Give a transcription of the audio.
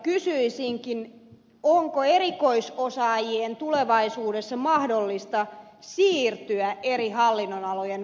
kysyisinkin onko erikoisosaajien tulevaisuudessa mahdollista siirtyä eri hallinnonalojen välillä